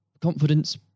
confidence